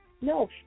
No